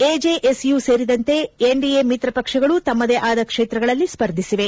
AJS U ಸೇರಿದಂತೆ N DA ಮಿತ್ರ ಪಕ್ಷಗಳು ತಮ್ನದೇ ಆದ ಕ್ಷೇತ್ರಗಳಲ್ಲಿ ಸ್ಪರ್ಧಿಸಿವೆ